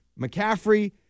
McCaffrey